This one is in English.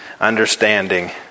understanding